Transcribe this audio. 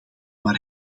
maar